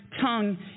tongue